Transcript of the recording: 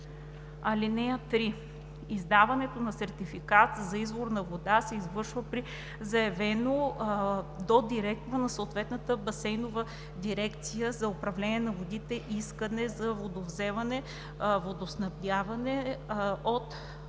вода. (3) Издаването на сертификат за изворна вода се извършва при заявено до директора на съответната Басейнова дирекция за управление на водите искане за водовземане/водоснабдяване от